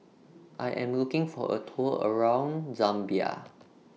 I Am looking For A Tour around Zambia